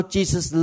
Jesus